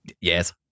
yes